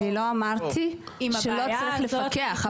אני לא אמרתי שלא צריך לפקח.